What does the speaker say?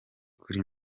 kuri